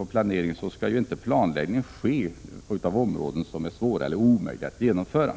Vi anser emellertid att planläggning inte skall ske så att den är svår eller omöjlig att genomföra.